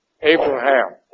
Abraham